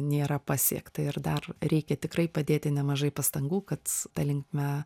nėra pasiekta ir dar reikia tikrai padėti nemažai pastangų kad ta linkme